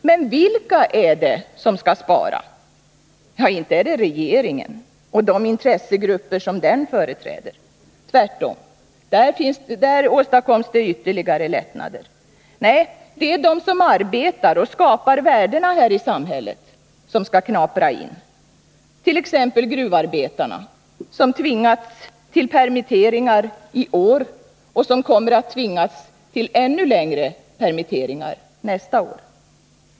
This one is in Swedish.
Men vilka är det som skall spara? Ja, inte är det regeringen och de intressegrupper som den företräder. Tvärtom, de får ytterligare lättnader. Nej, det är de som arbetar och skapar värdena här i samhället som skall knappa in, t.ex. gruvarbetarna som har tvingats till permitteringar i år och som kommer att tvingas till ännu större permitteringar nästa år.